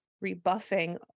rebuffing